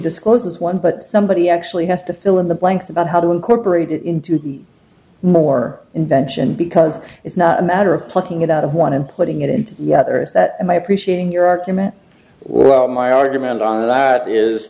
discloses one but somebody actually has to fill in the blanks about how to incorporate it into more invention because it's not a matter of plucking it out of one and putting it into the other is that my appreciating your argument well my argument on that is